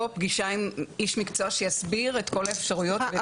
פגישה עם איש מקצוע שיסביר את כל האפשרויות.